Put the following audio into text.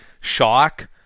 shock